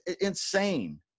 Insane